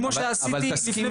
כמו שכבר עשיתי במספר פעמים